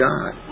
God